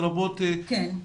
כן.